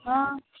हँ